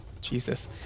Jesus